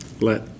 Let